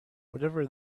whatever